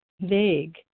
vague